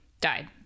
died